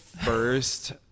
first